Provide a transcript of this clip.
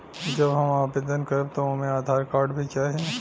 जब हम आवेदन करब त ओमे आधार कार्ड भी चाही?